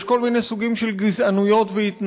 יש כל מיני סוגים של גזענויות והתנשאויות,